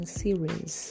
series